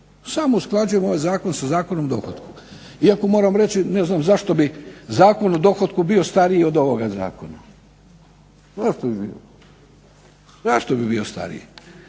samo u usklađujemo ovaj Zakon sa Zakonom o dohotku, iako moram reći ne znam zašto bi Zakon o dohotku bio stariji od ovoga Zakona. Zašto bi bio stariji.